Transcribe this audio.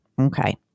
Okay